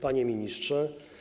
Panie Ministrze!